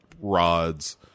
rods